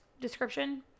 description